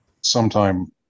sometime